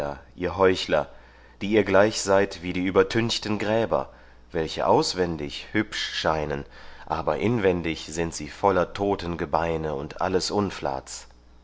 ihr heuchler die ihr gleich seid wie die übertünchten gräber welche auswendig hübsch scheinen aber inwendig sind sie voller totengebeine und alles unflats